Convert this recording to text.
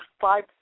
five